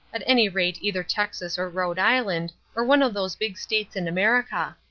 at any rate either texas or rhode island, or one of those big states in america.